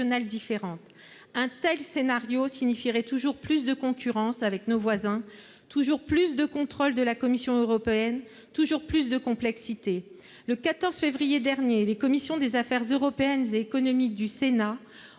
différentes. Un tel scénario signifierait toujours plus de concurrence avec nos voisins, toujours plus de contrôles de la Commission européenne, toujours plus de complexité ! Le 14 février dernier, les commissions des affaires européennes et économiques du Sénat ont